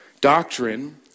Doctrine